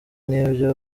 n’ibyo